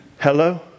Hello